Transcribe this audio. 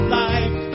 life